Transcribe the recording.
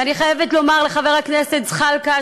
ואני חייבת לומר לחבר הכנסת זחאלקה,